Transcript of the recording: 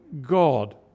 God